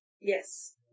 Yes